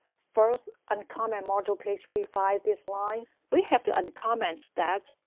first, uncommented module p h p five this line, we have to uncommented that,